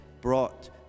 brought